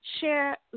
share